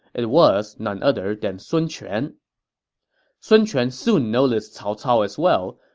it was none other than sun quan sun quan soon noticed cao cao as well,